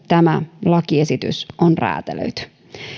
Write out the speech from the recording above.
tämä lakiesitys on räätälöity